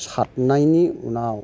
सादनायनि उनाव